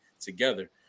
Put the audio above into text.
together